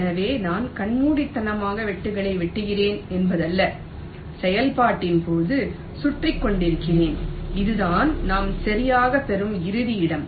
எனவே நான் கண்மூடித்தனமாக கேட்களை வெட்டுகிறேன் என்பதல்ல செயல்பாட்டின் போது சுற்றிக் கொண்டிருக்கிறேன் இதுதான் நான் சரியாகப் பெறும் இறுதி இடம்